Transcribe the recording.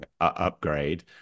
upgrade